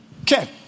Okay